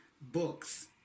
books